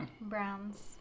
Browns